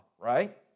right